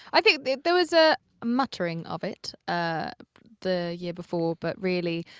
i think there was a muttering of it ah the year before, but, really,